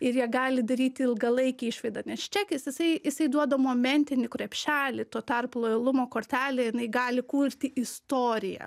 ir jie gali daryti ilgalaikę išvadą nes čekis jisai jisai duoda momentinį krepšelį tuo tarpu lojalumo kortelė jinai gali kurti istoriją